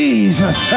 Jesus